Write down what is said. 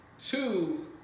two